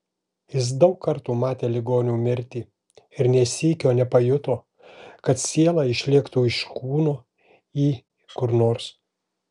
jis daug kartų matė ligonių mirtį ir nė sykio nepajuto kad siela išlėktų iš kūno į kur nors